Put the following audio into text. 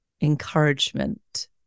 encouragement